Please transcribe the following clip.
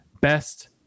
best